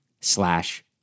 slash